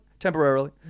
temporarily